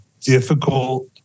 difficult